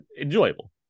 enjoyable